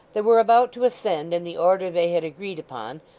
they were about to ascend in the order they had agreed upon,